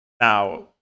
Now